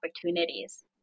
opportunities